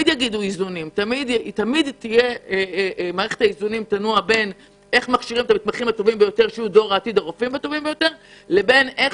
תמיד מערכת האיזונים תנוע בין הכשרה מיטבית של הרופאים לבין איך